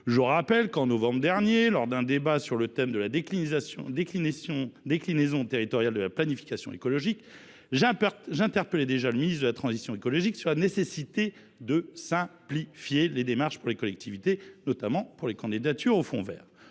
Je rappelle que, en novembre dernier, lors d’un débat sur le thème de la déclinaison territoriale de la planification écologique, j’interpellais déjà le ministre de la transition écologique sur la nécessité de simplifier les démarches pour les collectivités, notamment pour les candidatures au fonds vert.